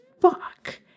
fuck